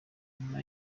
nyuma